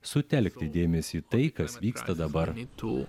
sutelkti dėmesį į tai kas vyksta dabar